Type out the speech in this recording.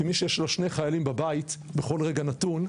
כמי שיש לו שני חיילים בבית בכל רגע נתון,